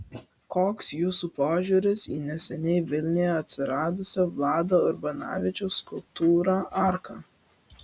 koks jūsų požiūris į neseniai vilniuje atsiradusią vlado urbanavičiaus skulptūrą arka